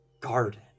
garden